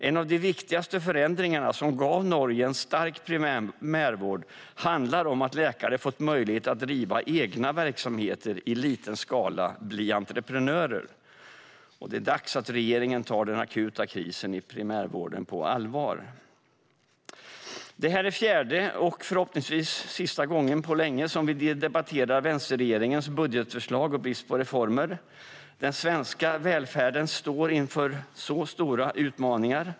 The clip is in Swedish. En av de viktigaste förändringarna som gav Norge en stark primärvård handlar om att läkare fått möjlighet att driva egna verksamheter i liten skala och bli entreprenörer. Det är dags att regeringen tar den akuta krisen i primärvården på allvar. Det här är fjärde och förhoppningsvis sista gången på länge som vi debatterar vänsterregeringens budgetförslag och brist på reformer. Den svenska välfärden står inför stora utmaningar.